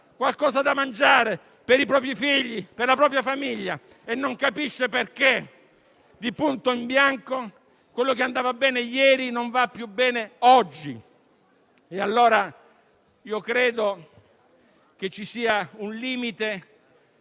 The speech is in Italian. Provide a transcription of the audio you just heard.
qualcosa da mangiare per i propri figli e per la propria famiglia e non capisce perché, di punto in bianco, quello che andava bene ieri non va più bene oggi. Io credo che ci sia un limite